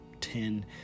ten